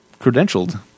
credentialed